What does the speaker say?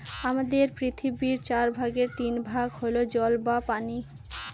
আমাদের পৃথিবীর চার ভাগের তিন ভাগ হল জল বা পানি